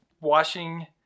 washing